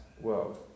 world